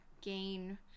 gain